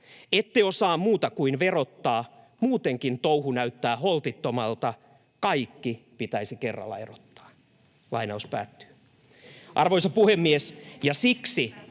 ”Ette osaa muuta kuin verottaa. Muutenkin touhu näyttää holtittomalta. Kaikki pitäisi kerralla erottaa.” Arvoisa puhemies! Siksi